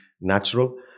natural